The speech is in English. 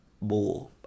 more